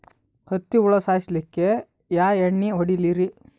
ಹತ್ತಿ ಹುಳ ಸಾಯ್ಸಲ್ಲಿಕ್ಕಿ ಯಾ ಎಣ್ಣಿ ಹೊಡಿಲಿರಿ?